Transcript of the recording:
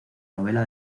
novela